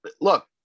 look